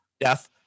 death